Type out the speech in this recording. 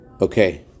Okay